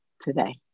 today